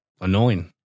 annoying